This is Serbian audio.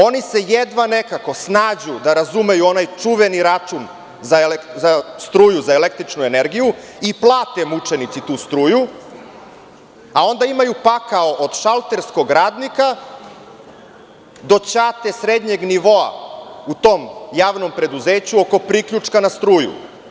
Oni se jedva nekako snađu da razumeju onaj čuveni račun za struju za električnu energiju, i plate mučenici tu struju, a onda imaju pakao od šalterskog radnika do ćate srednjeg nivoa u tom javnom preduzeću oko priključka na struju.